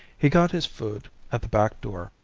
he got his food at the back door,